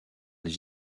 les